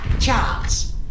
Charles